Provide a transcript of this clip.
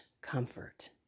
comfort